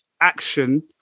action